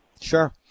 Sure